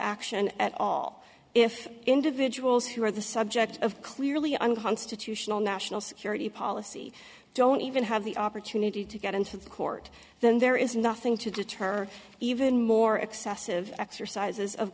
action at all if individuals who are the subject of clearly unconstitutional national security policy don't even have the opportunity to get into the court then there is nothing to deter even more excessive exercises of